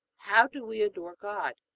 how do we adore god?